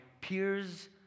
peers